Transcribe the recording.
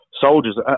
soldiers